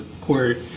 court